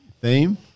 theme